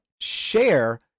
share